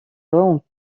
раунд